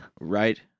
right